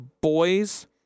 boys